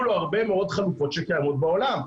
לו הרבה מאוד חלופות שקיימות בעולם.